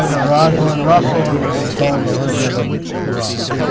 rosalind russell and he was called the lizard of roz.